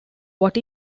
what